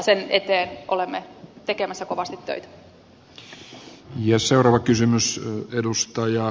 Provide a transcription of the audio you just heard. sen eteen olemme tekemässä kovasti töitä